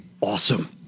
Awesome